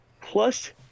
Plus